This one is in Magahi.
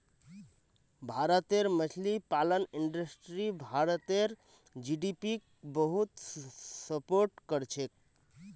भारतेर मछली पालन इंडस्ट्री भारतेर जीडीपीक बहुत सपोर्ट करछेक